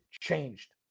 changed